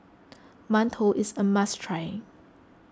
Mantou is a must try